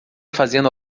fazendo